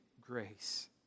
grace